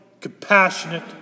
compassionate